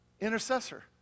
Intercessor